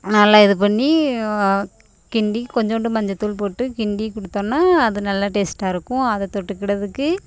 நல்லா இது பண்ணி கிண்டி கொஞ்சோண்டு மஞ்சத்தூள் போட்டு கிண்டி கொடுத்தோன்னா அது நல்லா டேஸ்ட்டாக இருக்கும் அதை தொட்டுக்கிடதுக்கு